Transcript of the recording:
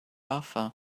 offer